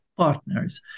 partners